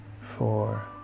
four